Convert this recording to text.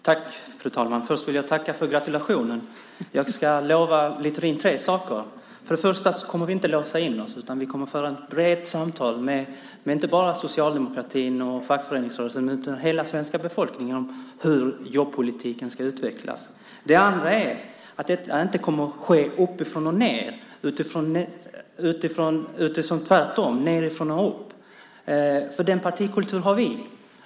Fru talman! Först vill jag tacka för gratulationen. Jag ska lova Littorin tre saker. För det första kommer vi inte att låsa in oss, utan vi kommer att föra ett samtal inte bara med socialdemokratin och fackföreningsrörelsen, utan med hela Sveriges befolkning om hur jobbpolitiken ska utvecklas. För det andra kommer detta inte att ske uppifrån och ned, utan tvärtom, nedifrån och upp. Den partikulturen har vi.